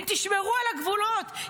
אם תשמרו על הגבולות,